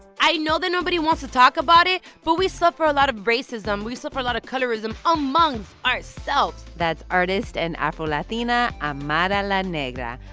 i know that nobody wants to talk about it. but we suffer a lot of racism. we suffer a lot of colorism um among ourselves that's artist and afro-latina amara la negra,